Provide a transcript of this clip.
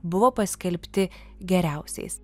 buvo paskelbti geriausiais